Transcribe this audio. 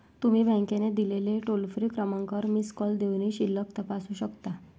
तुम्ही बँकेने दिलेल्या टोल फ्री क्रमांकावर मिस कॉल देऊनही शिल्लक तपासू शकता